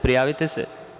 Prijavite se.